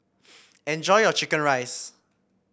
enjoy your chicken rice